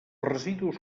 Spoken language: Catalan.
residus